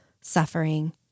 suffering